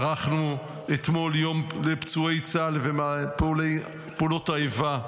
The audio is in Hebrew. ערכנו אתמול יום לפצועי צה"ל ופעולות האיבה,